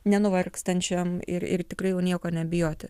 nenuvargstančiam ir ir tikrai jau nieko nebijoti